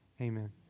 amen